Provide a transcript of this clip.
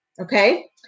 Okay